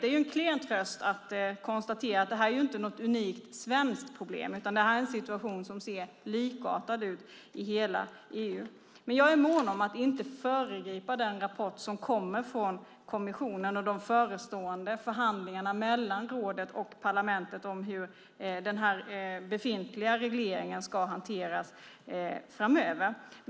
Det är en klen tröst att konstatera att det här inte är något unikt svenskt problem, utan en situation som ser likartad ut i hela EU. Men jag är mån om att inte föregripa den rapport som kommer från kommissionen och de förestående förhandlingarna mellan rådet och parlamentet om hur den befintliga regleringen ska hanteras framöver.